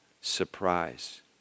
Surprise